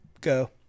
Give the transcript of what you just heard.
go